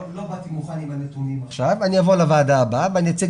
לא באתי מוכן עם הנתונים לוועדה אבל אני אבוא לוועדה הבאה ואני אציג